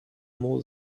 more